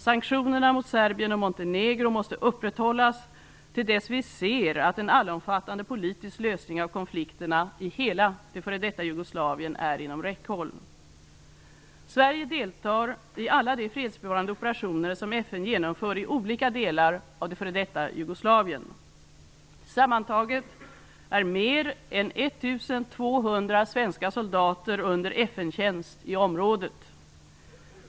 Sanktionerna mot Serbien och Montenegro måste upprätthållas till dess vi ser att en allomfattande politisk lösning av konflikterna i hela det f.d. Jugoslavien är inom räckhåll. Sverige deltar i alla de fredsbevarande operationer som FN genomför i olika delar av det f.d. Jugoslavien. Sammantaget är mer än 1 200 svenska soldater under FN-tjänst i området.